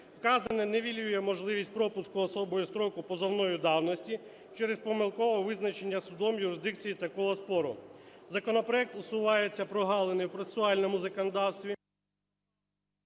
Вказане нівелює можливість пропуску особою строку позовної давності через помилкове визначення судом юрисдикції такого спору. Законопроектом усуваються прогалини в процесуальному законодавстві…